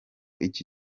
iki